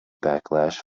backlash